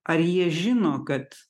ar jie žino kad